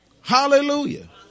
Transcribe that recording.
Hallelujah